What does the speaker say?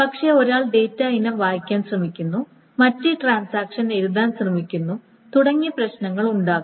പക്ഷേ ഒരാൾ ഡാറ്റ ഇനം വായിക്കാൻ ശ്രമിക്കുന്നു മറ്റേ ട്രാൻസാക്ഷൻ എഴുതാൻ ശ്രമിക്കുന്നു തുടങ്ങിയ പ്രശ്നങ്ങൾ ഉണ്ടാകാം